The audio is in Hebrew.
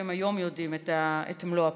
שהם היום יודעים את מלוא הפרטים.